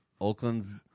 Oakland's